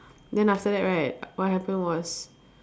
then after that right what happen was